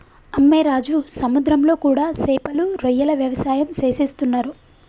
అమ్మె రాజు సముద్రంలో కూడా సేపలు రొయ్యల వ్యవసాయం సేసేస్తున్నరు